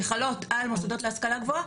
שחלות על מוסדות להשכלה גבוהה,